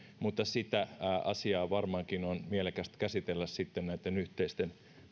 mutta sitä asiaa varmaankin on mielekästä käsitellä sitten näitten yhteisten